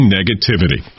Negativity